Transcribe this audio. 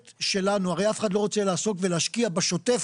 הרי אף אחד לא רוצה לעסוק ולהשקיע בשוטף,